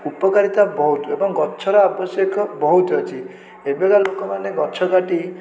ଉପକାରିତା ବହୁତ ଏବଂ ଗଛର ଆବଶ୍ୟକ ବହୁତ ଅଛି ଏବେକା ଲୋକମାନେ ଗଛ କାଟି